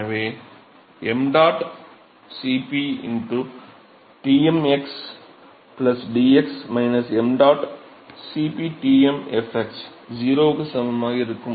எனவே ṁCp Tm x dx ṁ Cp Tm fx 0 க்கு சமமாக இருக்கும்